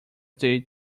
they